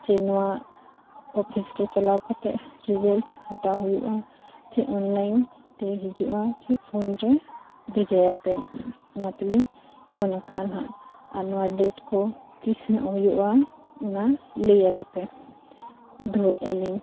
ᱡᱮ ᱱᱚᱣᱟ ᱚᱯᱷᱤᱥ ᱨᱮ ᱪᱟᱞᱟᱣ ᱠᱟᱛᱮᱫ ᱨᱮᱡᱟᱞᱴ ᱦᱟᱛᱟᱣ ᱦᱩᱭᱩᱜᱼᱟ ᱥᱮ ᱚᱱᱞᱟᱭᱤᱱ ᱛᱮ ᱦᱤᱡᱩᱜᱼᱟ ᱥᱮ ᱯᱷᱳᱱ ᱨᱮ ᱵᱷᱮᱡᱟᱭᱟᱯᱮ ᱚᱱᱟᱛᱮᱞᱤᱧ ᱯᱷᱳᱱ ᱟᱠᱟᱜᱼᱟ ᱱᱟᱜ ᱟᱨ ᱱᱚᱣᱟ ᱰᱮᱴ ᱠᱚ ᱛᱤᱥ ᱱᱟᱜ ᱦᱩᱭᱩᱜᱼᱟ ᱚᱱᱟ ᱞᱟᱹᱭ ᱟᱞᱮᱯᱮ ᱫᱚᱦᱚᱭᱮᱜ ᱟᱹᱞᱤᱧ